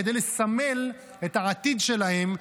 כדי לסמל את העתיד שלהם.